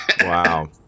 Wow